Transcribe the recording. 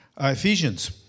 Ephesians